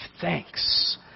thanks